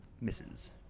Misses